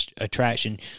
attraction